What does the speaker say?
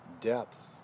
depth